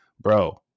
bro